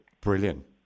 Brilliant